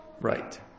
Right